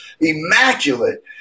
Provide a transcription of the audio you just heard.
immaculate